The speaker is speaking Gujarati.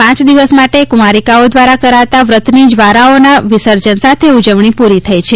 પાંચ દિવસ માટે કુંવારિકાઓ દ્વારા કરાતા વ્રતની જવારાઓના વિસર્જન સાથે ઉજવણી પૂરી થઇ છે